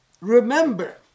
Remember